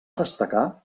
destacar